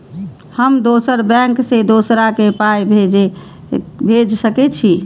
हम दोसर बैंक से दोसरा के पाय भेज सके छी?